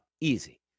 easy